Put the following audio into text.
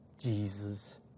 Jesus